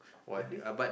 have we